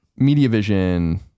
MediaVision